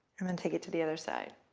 and then take it to the other side.